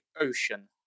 ocean